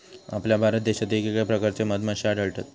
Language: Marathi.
आपल्या भारत देशात येगयेगळ्या प्रकारचे मधमाश्ये आढळतत